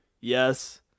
yes